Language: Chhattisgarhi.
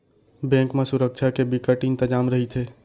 बेंक म सुरक्छा के बिकट इंतजाम रहिथे